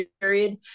period